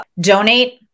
donate